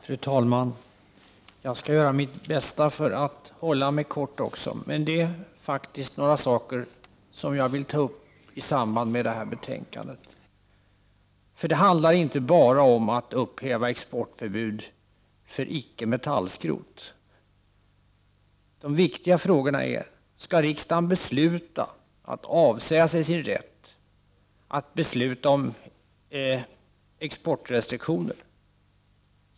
Fru talman! Jag skall göra mitt bästa för att hålla mig kort. Det är faktiskt 13 december 1989 några saker som jag vill ta upp i samband med detta betänkande. Det handlar = Zu. ooo Ao inte bara om att upphäva exportförbud för icke-metallskrot. De viktiga frågorna är: Skall riksdagen avsäga sig sin rätt att besluta om exportrestriktioner?